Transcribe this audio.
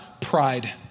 Pride